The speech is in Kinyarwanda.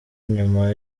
nyuma